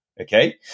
okay